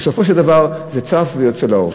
בסופו של דבר זה צף ויוצא לאור.